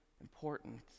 important